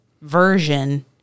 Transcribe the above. version